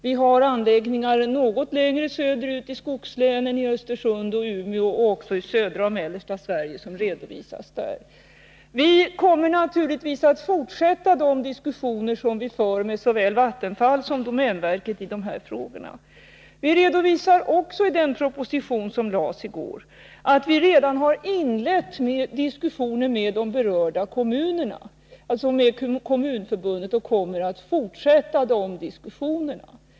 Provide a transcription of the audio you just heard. Vi har anläggningar något längre söderut i skogslänen, i Östersund och Umeå, och även i södra och mellersta Sverige, som redovisas i denna proposition. Vi kommer naturligtvis att fortsätta de diskussioner som vi för med såväl Vattenfall som domänverket i dessa frågor. Vi redovisar också i denna proposition att vi redan har inlett diskussioner med de berörda kommunerna, dvs. med Kommunförbundet, och kommer att fortsätta de diskussionerna.